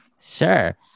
sure